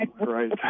Right